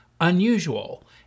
unusual